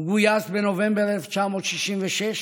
הוא גויס בנובמבר 1966,